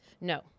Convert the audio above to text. no